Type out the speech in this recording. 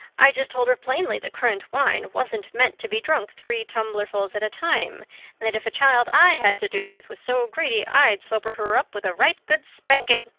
i just told her plainly that currant wine wasn't meant to be drunk three tumblerfuls at a time and that if a child i had to do with was so greedy i'd sober her up with a right good spanking.